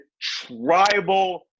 tribal